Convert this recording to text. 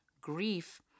grief